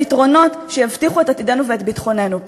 פתרונות שיבטיחו את עתידנו ואת ביטחוננו.